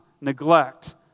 neglect